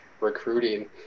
recruiting